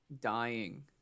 dying